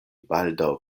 baldaŭ